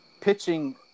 pitching